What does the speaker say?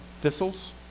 thistles